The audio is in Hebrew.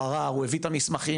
הוא הביא את המסמכים,